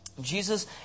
Jesus